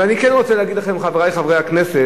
אבל אני כן רוצה להגיד לכם, חברי חברי הכנסת,